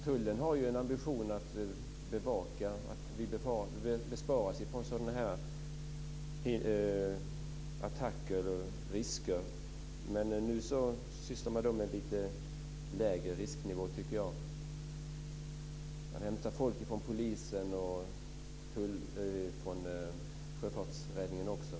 Tullen har ju en ambition att bespara oss från sådana attacker eller risker, men nu sysslar man med saker på lite lägre risknivå, tycker jag. Man hämtar folk från polisen och från sjöräddningen.